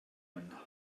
one